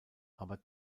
aber